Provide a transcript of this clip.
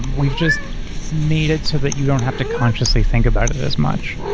we've just made it so that you don't have to consciously think about it it as much.